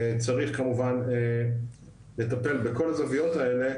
צריך כמובן לטפל בכל הזוויות האלה.